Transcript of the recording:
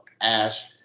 Ash